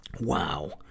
Wow